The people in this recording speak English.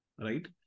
Right